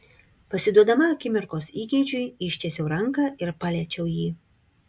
pasiduodama akimirkos įgeidžiui ištiesiau ranką ir paliečiau jį